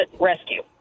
rescue